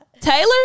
Taylor